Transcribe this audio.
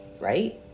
right